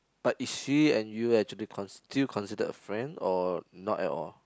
but is she and you actually consid~ still considered friend or not at all